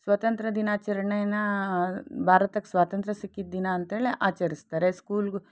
ಸ್ವಾತಂತ್ರ್ಯ ದಿನಾಚರಣೆನ ಭಾರತಕ್ಕೆ ಸ್ವಾತಂತ್ರ ಸಿಕ್ಕಿದ ದಿನ ಅಂಥೇಳಿ ಆಚರಿಸ್ತಾರೆ ಸ್ಕೂಲ್ಗೆ